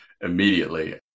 immediately